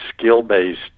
skill-based